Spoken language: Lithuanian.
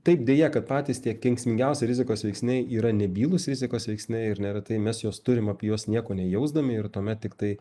taip deja kad patys tie kenksmingiausia rizikos veiksniai yra nebylūs rizikos veiksniai ir neretai mes juos turim apie juos nieko nejausdami ir tuomet tiktai